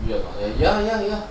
degree or not then you like ya ya ya